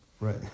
Right